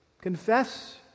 Confess